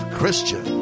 Christian